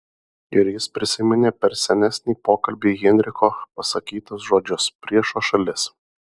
ir jis prisiminė per senesnį pokalbį heinricho pasakytus žodžius priešo šalis